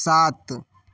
सात